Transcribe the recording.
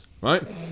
Right